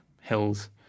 hills